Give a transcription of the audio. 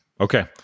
okay